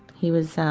he was